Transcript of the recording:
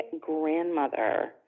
grandmother